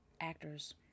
actors